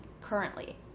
currently